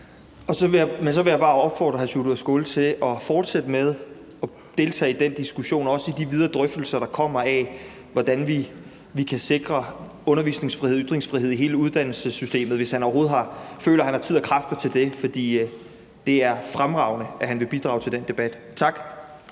(S): Så vil jeg bare opfordre hr. Sjúrður Skaale til at fortsætte med at deltage i den diskussion, også i de videre drøftelser, der kommer, om, hvordan vi kan sikre undervisningsfrihed og ytringsfrihed i hele uddannelsessystemet, hvis han overhovedet føler, han har tid og kræfter til det. For det er fremragende, at han vil bidrage til den debat – tak!